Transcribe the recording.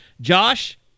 Josh